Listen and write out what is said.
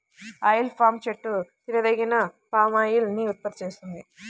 oil palm చెట్టు తినదగిన palm oil ని ఉత్పత్తి చేస్తుంది